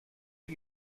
are